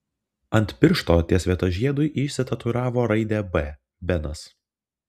ant piršto ties vieta žiedui ji išsitatuiravo raidę b benas